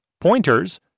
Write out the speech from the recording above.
pointers